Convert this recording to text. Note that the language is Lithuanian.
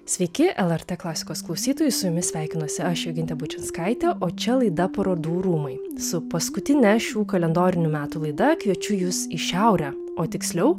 sveiki lrt klasikos klausytojai su jumis sveikinuosi aš jogintė bučinskaitė o čia laida parodų rūmai su paskutine šių kalendorinių metų laida kviečiu jus į šiaurę o tiksliau